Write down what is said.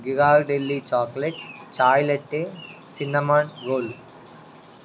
గిగాగ Delhi chocolate చాయిలెట్టే cinnamon goal